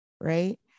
right